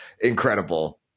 Incredible